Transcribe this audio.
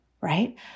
right